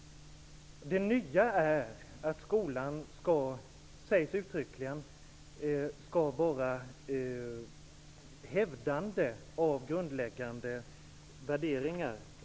Det nya är att det sägs uttryckligen att skolan skall hävda grundläggande värderingar.